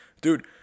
dude